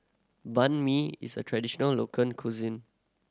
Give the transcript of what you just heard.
Banh Mi is a traditional local cuisine